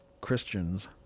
christians